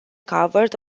covered